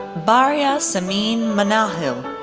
baria sameen manahill,